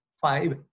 five